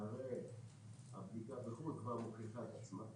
שהרי הבדיקה בחו"ל כבר מוכיחה את עצמה.